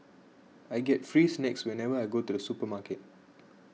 I get free snacks whenever I go to the supermarket